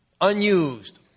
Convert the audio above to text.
unused